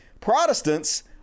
Protestants